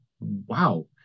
wow